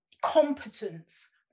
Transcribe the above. competence